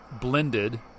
blended